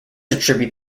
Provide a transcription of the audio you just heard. attribute